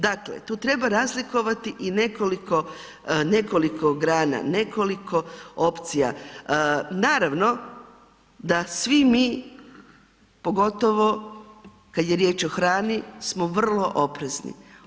Dakle, tu treba razlikovati i nekoliko grana, nekoliko opcija, naravno da svi mi pogotovo kad je riječ o hrani smo vrlo oprezni.